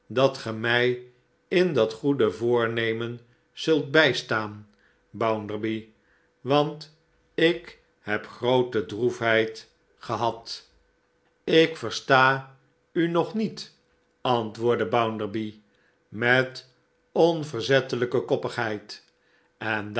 dat ge mij in dat goede voornemen zult bijstaan bounderby want ik heb groote droefheid gehad ik versta u nog niet antwoordde bounderby met onverzettelijke koppigheid endaarom